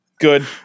Good